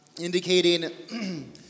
indicating